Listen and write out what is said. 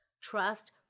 trust